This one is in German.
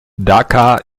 dhaka